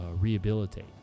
rehabilitate